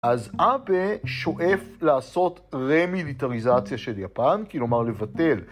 אז אבא שואף לעשות רמיליטריזציה של יפן, כלומר לבטל.